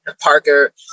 Parker